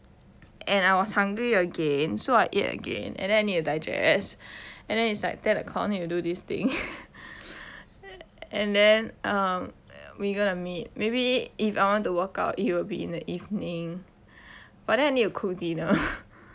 and I was hungry again so I ate again and then I need to digest and then it's like ten o'clock need to do this thing and then um we going to meet maybe if I want to work out it will be in the evening but then I need to cook dinner